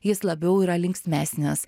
jis labiau yra linksmesnis